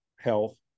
Health